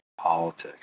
politics